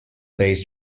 bass